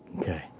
Okay